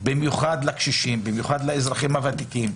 במיוחד לקשישים, במיוחד לאזרחים הוותיקים.